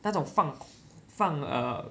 那种放放 err